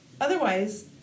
otherwise